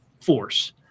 force